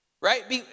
right